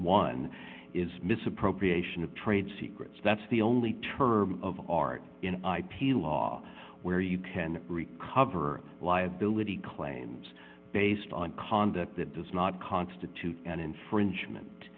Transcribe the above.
one is misappropriation of trade secrets that's the only term of art in ip law where you can recover liability claims based on conduct that does not constitute an infringement